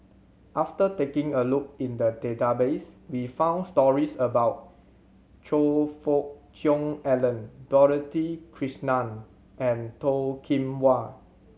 after taking a look in the database we found stories about Choe Fook Cheong Alan Dorothy Krishnan and Toh Kim Hwa